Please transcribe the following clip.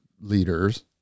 leaders